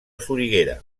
soriguera